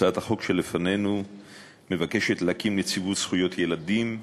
הצעת החוק שלפנינו מבקשת להקים נציבות זכויות ילדים,